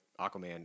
Aquaman